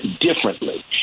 differently